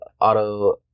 auto